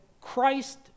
Christ